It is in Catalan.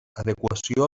adequació